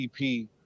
EP